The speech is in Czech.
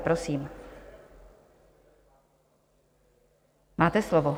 Prosím, máte slovo.